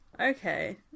Okay